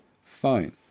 Fine